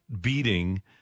beating